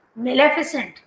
Maleficent